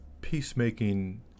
peacemaking